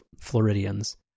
Floridians